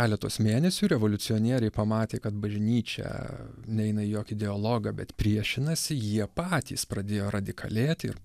keletos mėnesių revoliucionieriai pamatė kad bažnyčia neina į jokį dialogą bet priešinasi jie patys pradėjo radikalėti